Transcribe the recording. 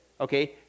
okay